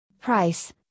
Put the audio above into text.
Price